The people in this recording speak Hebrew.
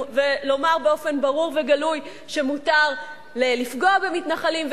ולומר באופן ברור וגלוי שמותר לפגוע במתנחלים,